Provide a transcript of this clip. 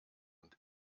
und